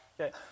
Okay